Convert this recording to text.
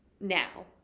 now